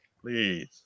Please